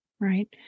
Right